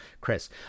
Chris